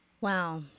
Wow